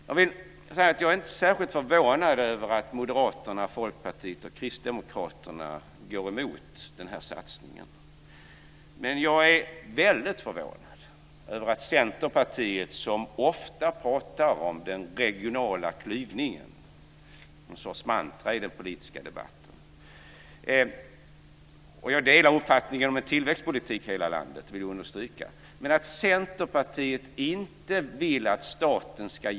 Jag är inte särskilt förvånad över att Moderaterna, Folkpartiet och Kristdemokraterna går emot den här satsningen. Men jag är väldigt förvånad över att Centerpartiet, som ofta pratar om den regionala klyvningen - en sorts mantra i den politiska debatten - inte vill att staten ska hjälpa de utsatta kommunerna att hantera de ekonomiska problemen i sina bostadsbolag.